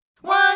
One